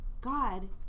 God